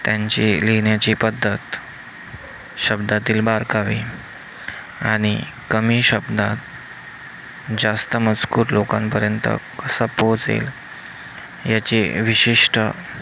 त्यांची लिहिण्याची पद्धत शब्दातील बारकावे आणि कमी शब्दात जास्त मजकूर लोकांपर्यंत कसं पोहचेल याची विशिष्ट